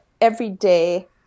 everyday